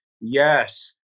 Yes